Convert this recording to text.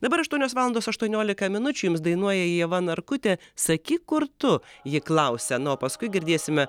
dabar aštuonios valandos aštuoniolika minučių jums dainuoja ieva narkutė sakyk kur tu ji klausia na o paskui girdėsime